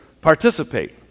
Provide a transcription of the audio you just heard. participate